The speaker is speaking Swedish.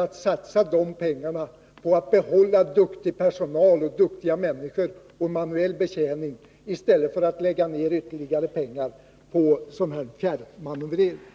att göra det på en manuell betjäning, på att behålla duktig personal. Det är bättre än att satsa ytterligare pengar på fjärrmanövrering.